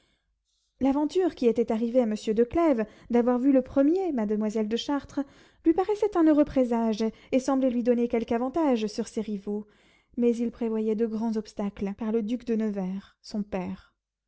l'aventure qui était arrivée à monsieur de clèves d'avoir vu le premier mademoiselle de chartres lui paraissait un heureux présage et semblait lui donner quelque avantage sur ses rivaux mais il prévoyait de grands obstacles par le duc de nevers son père